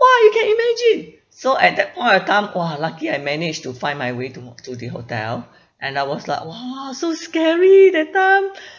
!wah! you can imagine so at that point of time !wah! lucky I managed to find my way to mo~ to the hotel and I was like !wah! so scary that time